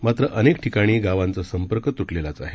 मात्र अनेक ठिकाणी गावांचा संपर्क तुटलेलाच आहे